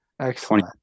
excellent